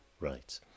Right